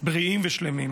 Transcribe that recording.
בריאים ושלמים.